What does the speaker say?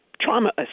trauma